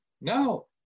No